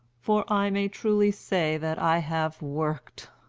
for i may truly say that i have worked!